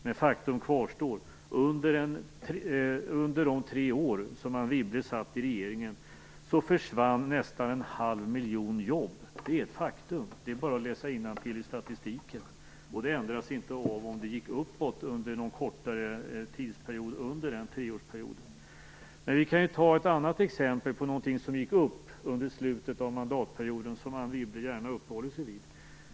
Men faktum kvarstår: Under de tre år som Anne Wibble satt med i regeringen försvann nästan en halv miljon jobb. Det är bara att läsa innantill i statistiken. Och detta ändras inte av om kurvan gick uppåt en kortare tid under den treårsperioden. Men jag kan ta upp ett annat exempel på någonting som gick upp under slutet av mandatperioden och som Anne Wibble gärna uppehåller sig vid.